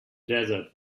desert